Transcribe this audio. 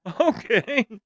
Okay